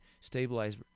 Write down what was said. stabilized